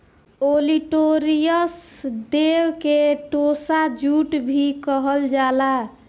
olitorius देव के टोसा जूट भी कहल जाला